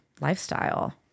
lifestyle